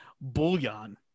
bouillon